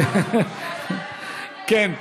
כן,